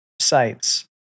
sites